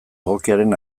egokiaren